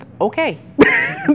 okay